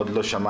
עוד לא שמענו,